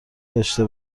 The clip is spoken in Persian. داشته